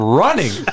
running